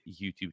YouTube